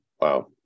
Wow